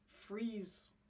freeze